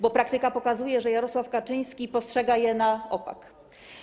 Bo praktyka pokazuje, że Jarosław Kaczyński postrzega je na opak.